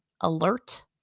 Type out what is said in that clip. alert